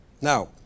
now